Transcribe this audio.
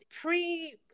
pre